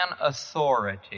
authority